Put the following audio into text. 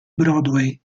broadway